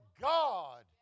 God